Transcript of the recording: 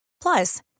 Plus